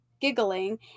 giggling